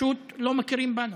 פשוט לא מכירים בנו,